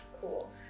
Cool